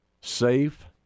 safe